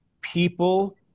people